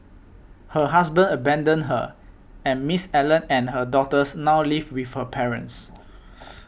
her husband abandoned her and Miss Allen and her daughters now live with her parents